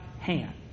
hand